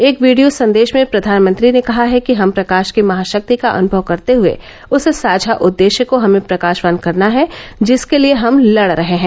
एक वीडियो संदेश में प्रधानमंत्री ने कहा है कि हम प्रकाश की महाशक्ति का अनुभव करते हुए उस साझा उद्देश्य को हमें प्रकाशवान करना है जिसके लिए हम लड़ रहे हैं